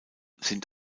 sind